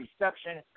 reception